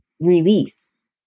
release